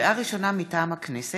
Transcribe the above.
לקריאה ראשונה, מטעם הכנסת: